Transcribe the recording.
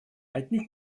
отнюдь